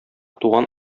туган